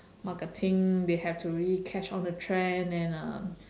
marketing they have to really catch on the trend and uh